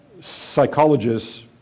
psychologists